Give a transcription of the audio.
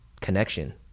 connection